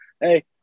Hey